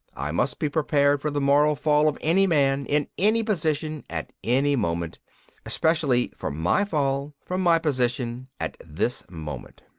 i must be prepared for the moral fall of any man in any position at any moment especially for my fall from my position at this moment.